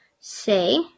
say